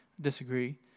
disagree